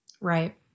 Right